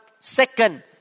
second